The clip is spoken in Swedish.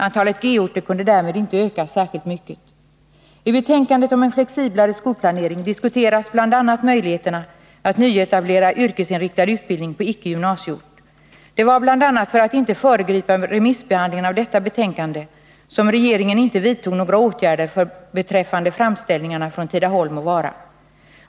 Antalet g-orter kunde därmed inte ökas särskilt mycket. I betänkandet om en flexiblare skolplanering diskuteras bl.a. möjligheterna att nyetablera yrkesinriktad utbildning på icke gymnasieort. Det var bl.a. för att inte föregripa remissbehandlingen av detta betänkande som regeringen inte vidtog några åtgärder beträffande framställningarna från Tidaholm och Vara.